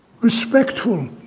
respectful